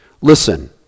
listen